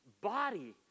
body